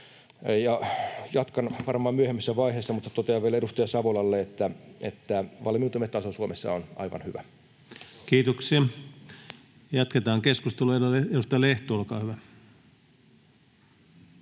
Jatkan varmaan myöhemmässä vaiheessa, mutta totean vielä edustaja Savolalle, että valmiutemme taso Suomessa on aivan hyvä. Kiitoksia. — Jatketaan keskustelua. — Edustaja Lehto, olkaa hyvä.